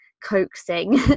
coaxing